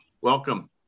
welcome